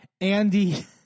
Andy